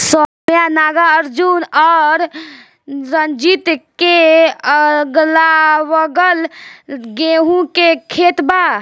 सौम्या नागार्जुन और रंजीत के अगलाबगल गेंहू के खेत बा